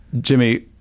Jimmy